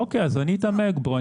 אוקיי, אז אני אתעמק בו.